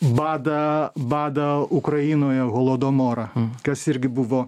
badą badą ukrainoje holodomorą kas irgi buvo